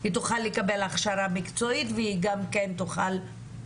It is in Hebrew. שהיא תוכל לקבל הכשרה מקצועית וגם דברים אחרים.